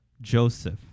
Joseph